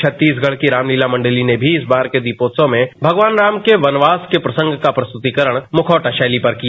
छत्तीसगढ़ की रामलीला मंडली ने भी इस बार के दीपोत्सव भगवान राम के वनवास के प्रसंग का प्रस्तुतीकरण मुखौटा शैली पर किया